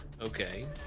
Okay